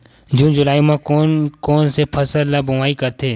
जून जुलाई म कोन कौन से फसल ल बोआई करथे?